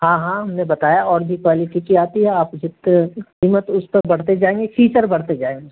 ہاں ہاں ہم نے بتایا اور بھی کوالٹی کی آتی ہے آپ جتنی قیمت اس پر بڑھتے جائیں گے فیچر بڑھتے جائیں گے اس